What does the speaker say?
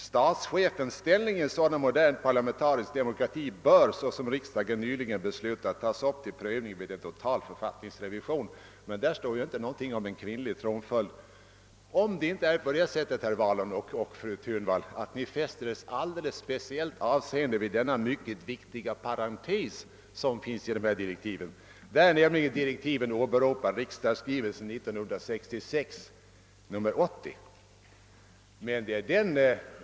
Statschefens ställning i en sådan modern parlamentarisk demokrati bör, såsom riksdagen nyligen beslutat , tas upp till prövning vid en total författningsrevision.» Där står inte någonting om kvinnlig tronföljd — såvida det inte är så, fru 'Thunvall och herr Wahlund, att ni fäster speciellt avseende vid den mycket viktiga parentesen i direktiven, där det hänvisas till riksdagsskrivelsen 1966: 80.